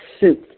soup